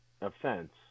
offense